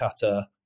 cutter